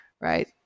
right